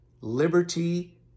Liberty